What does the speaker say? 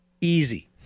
easy